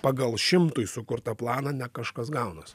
pagal šimtui sukurtą planą ne kažkas gaunas